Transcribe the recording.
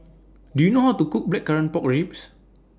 Do YOU know How to Cook Blackcurrant Pork Ribs